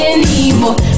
anymore